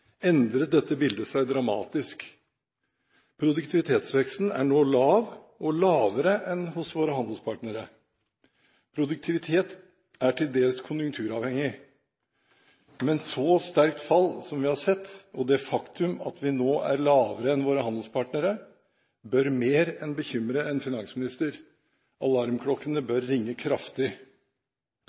endret dette bildet seg dramatisk. Produktivitetsveksten er nå lav og lavere enn hos våre handelspartnere. Produktivitet er til dels konjunkturavhengig, men så sterkt fall som vi har sett, og det faktum at den nå er lavere enn hos våre handelspartnere, bør mer enn bekymre en finansminister. Alarmklokkene bør ringe kraftig.